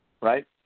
Right